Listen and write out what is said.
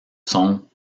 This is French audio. sont